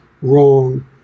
wrong